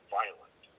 violent